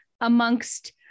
amongst